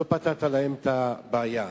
לא פתרת להן את הבעיה.